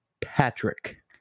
Patrick